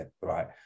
right